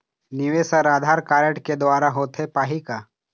निवेश हर आधार कारड के द्वारा होथे पाही का?